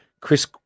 Chris